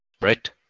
Right